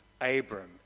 Abram